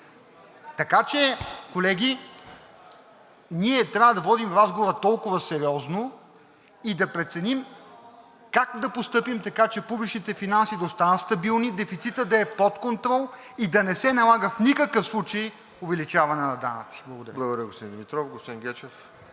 Така че, колеги, ние трябва да водим разговора толкова сериозно и да преценим как да постъпим, така че публичните финанси да останат стабилни, дефицитът да е под контрол и да не се налага в никакъв случай увеличаване на данъци. Благодаря.